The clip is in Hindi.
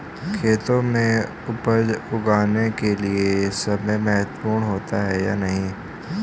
खेतों में उपज उगाने के लिये समय महत्वपूर्ण होता है या नहीं?